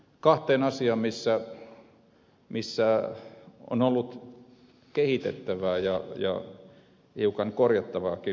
kahteen asiaan missä on ollut kehitettävää ja hiukan korjattavaakin